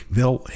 wel